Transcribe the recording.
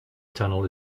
tunnel